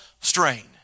strain